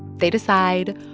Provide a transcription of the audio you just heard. they decide,